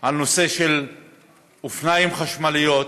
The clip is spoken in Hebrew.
בדיון על נושא האופניים החשמליים.